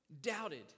doubted